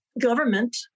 government